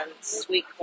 sweet